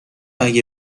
اگه